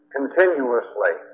Continuously